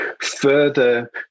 further